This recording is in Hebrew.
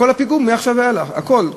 כל הפיגור, מעכשיו ואילך, הכול.